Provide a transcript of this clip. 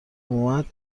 اومد